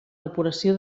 depuració